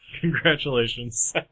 Congratulations